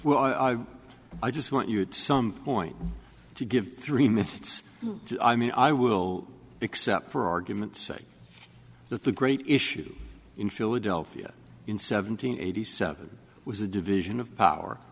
will i i just want you to some point to give three minutes i mean i will except for argument's sake that the great issue in philadelphia in seven hundred eighty seven was a division of power